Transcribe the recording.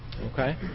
Okay